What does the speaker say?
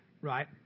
right